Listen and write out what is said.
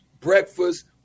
breakfast